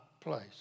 place